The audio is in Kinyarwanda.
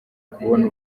kubona